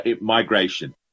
migration